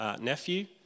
nephew